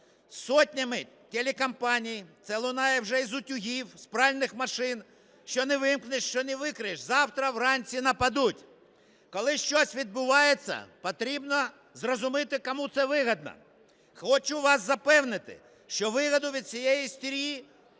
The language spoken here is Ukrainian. сотнями телекомпаній, це лунає вже із утюгів, з пральних машин. Що не ввімкнеш, що не відкриєш: завтра в ранці нападуть. Коли щось відбувається, потрібно зрозуміти кому це вигідно. Хочу вас запевнити, що вигоду від цієї істерії